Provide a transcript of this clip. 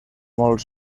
molt